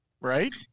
Right